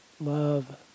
love